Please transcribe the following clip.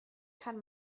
kann